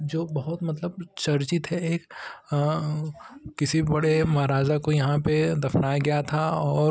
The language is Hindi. जो बहुत मतलब चर्चित है एक किसी बड़े महाराजा को यहाँ पर दफ़नाया था और